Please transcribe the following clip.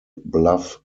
bluff